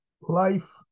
Life